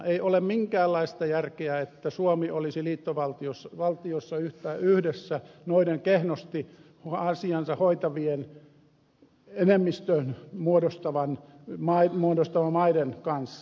ei ole minkäänlaista järkeä että suomi olisi liittovaltiossa yhdessä noiden kehnosti asiansa hoitavien enemmistön muodostavien maiden kanssa